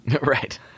right